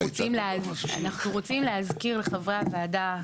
אנחנו רוצים להזכיר לחברי הוועדה,